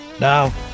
Now